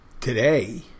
today